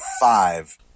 five